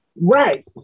Right